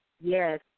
yes